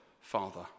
Father